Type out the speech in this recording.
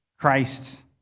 Christ